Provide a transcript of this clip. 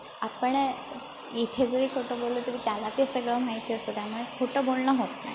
आपण इथे जे खोटं बोलत असतो त्याला ते सगळं माहिती असतं त्यामुळे खोटं बोलणं होत नाही